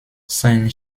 sein